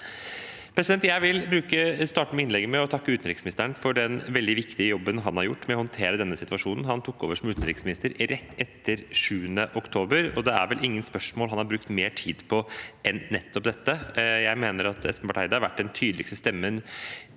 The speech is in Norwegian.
Jeg vil takke utenriksministeren for den veldig viktige jobben han har gjort med å håndtere denne situasjonen. Han tok over som utenriksminister rett etter 7. oktober, og det er vel ingen spørsmål han har brukt mer tid på enn nettopp dette. Jeg mener at utenriksminister Espen Barth Eide har vært den tydeligste stemmen